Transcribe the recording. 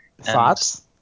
Thoughts